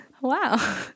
Wow